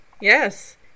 yes